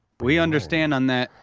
we understand on that,